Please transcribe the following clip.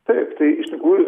taip tai iš tikrųjų